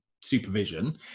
supervision